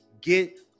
get